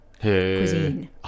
cuisine